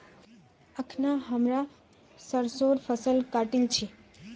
अखना हमरा सरसोंर फसल काटील छि